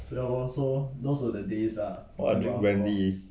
oh I drink brandy